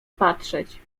patrzeć